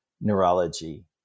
neurology